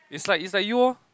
it's like it's like you lor